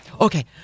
Okay